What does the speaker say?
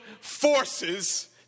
forces